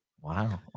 Wow